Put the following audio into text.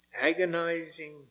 agonizing